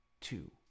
two